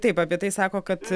taip apie tai sako kad